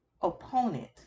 opponent